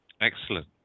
Excellent